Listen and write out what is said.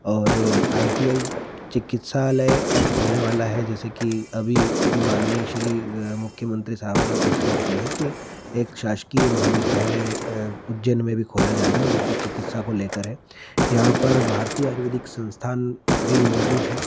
और I T I चिकित्सालय अब खुलने वाला है जैसे कि अभी माननीय श्री मुख्यमंत्री साहब ने घोषणा की है कि एक शासकीय महाविद्यालय उज्जैन में भी खोला जाना है जो कि चिकित्सा को लेकर है यहाँ पर भारतीय आयुर्वेदिक संस्थान भी मौजूद है